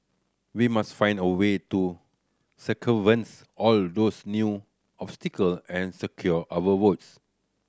we must find a way to circumvents all those new obstacle and secure our votes